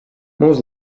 most